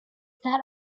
that